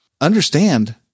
understand